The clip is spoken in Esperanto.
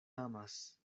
amas